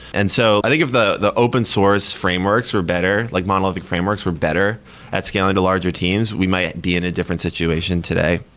and so i think if the the open source frameworks were better, like monolithic frameworks were better at scaling to larger teams, we might be in a different situation today.